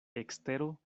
ekstero